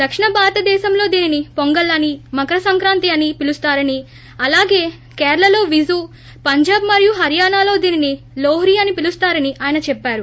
దక్షిణ భారతదేశంలో దీనిని పొంగల్ అని మకర సంక్రాంతి అని పిలుస్తారని అలాగే కేరళలో విజు పంజాబ్ మరియు హర్వానాలో దీనిని లోహీ అని పిలుస్తారని ఆయన చెప్పారు